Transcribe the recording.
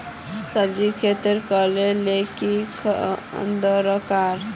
सब्जी खेती करले ले की दरकार?